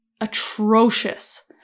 atrocious